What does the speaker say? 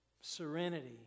Serenity